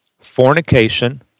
fornication